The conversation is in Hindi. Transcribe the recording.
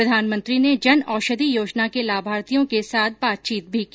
प्रधानमंत्री ने जन औषधि योजना के लाभार्थियों के साथ भी बातचीत की